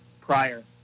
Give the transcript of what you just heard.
prior